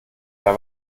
der